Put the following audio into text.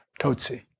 Totsi